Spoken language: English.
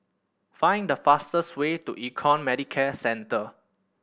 find the fastest way to Econ Medicare Centre